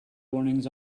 warnings